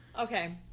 Okay